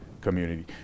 community